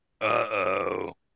Uh-oh